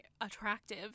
attractive